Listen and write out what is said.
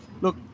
Look